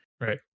Right